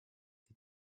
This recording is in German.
die